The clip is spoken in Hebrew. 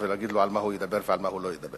ולהגיד לו על מה הוא ידבר ועל מה הוא לא ידבר.